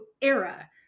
era